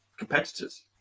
competitors